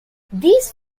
these